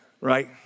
right